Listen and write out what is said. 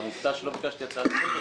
אתה מופתע שלא ביקשתי הצעה לסדר?